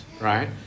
right